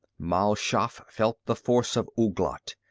mal shaff felt the force of ouglat,